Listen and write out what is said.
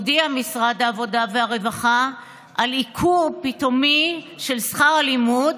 הודיע משרד העבודה והרווחה על ייקר פתאומי של שכר הלימוד,